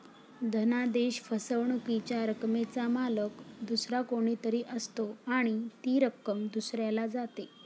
धनादेश फसवणुकीच्या रकमेचा मालक दुसरा कोणी तरी असतो आणि ती रक्कम दुसऱ्याला जाते